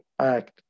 act